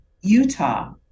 Utah